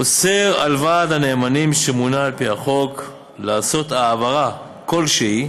אוסר על ועד הנאמנים שמונה על פי החוק לעשות העברה כלשהי